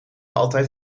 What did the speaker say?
altijd